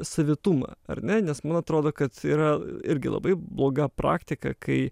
savitumą ar ne nes man atrodo kad yra irgi labai bloga praktika kai